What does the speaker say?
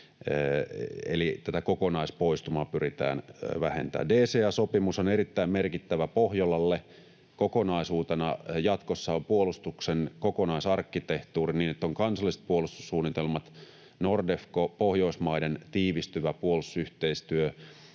eli tätä kokonaispoistumaa pyritään vähentämään. DCA-sopimus on erittäin merkittävä Pohjolalle kokonaisuutena. Jatkossa on puolustuksen kokonaisarkkitehtuuri niin, että on kansalliset puolustussuunnitelmat, Nordefco, Pohjoismaiden tiivistyvä puolustusyhteistyö,